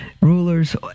rulers